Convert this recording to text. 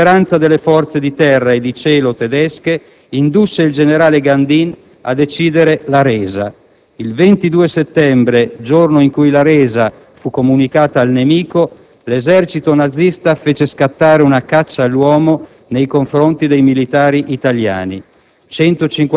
La preponderanza delle forze di terra e di cielo tedesche indusse il generale Gandin a decidere la resa. Il 22 settembre, giorno in cui la resa fu comunicata al nemico, l'esercito nazista fece scattare una caccia all'uomo nei confronti dei militari italiani.